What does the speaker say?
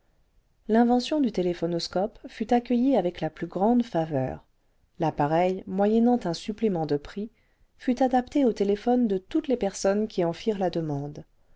l'invention du téléphonoscope fut accueillie avec la plus grande faveur l'appareil moyennant un supplément de prix fut adapté auxtéléphones de toutes les personnes qui en firent la demande